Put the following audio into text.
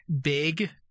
big